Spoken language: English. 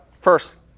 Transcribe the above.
First